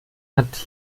hat